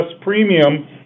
premium